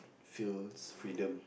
feels freedom